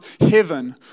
heaven